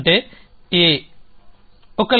అంటే A